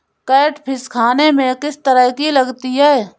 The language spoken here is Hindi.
कैटफिश खाने में किस तरह की लगती है?